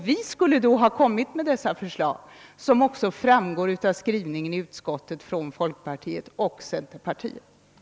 Då skulle vi ha lagt fram förslag om finansieringsmetod, vilket också främgår av folkpartiets och centerpartiets skrivning i utskottets utlåtande.